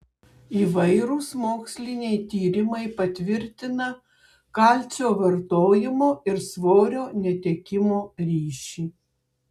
įvairūs moksliniai tyrimai patvirtina kalcio vartojimo ir svorio netekimo ryšį